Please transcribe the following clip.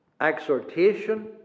exhortation